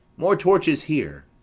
more torches here!